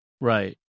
Right